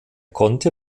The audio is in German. konnte